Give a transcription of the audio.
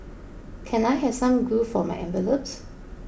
can I have some glue for my envelopes